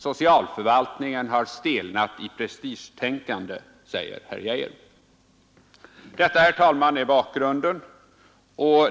”Socialförvaltningen har stelnat i prestigetänkande Detta, herr talman är bakgrunden.